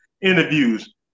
interviews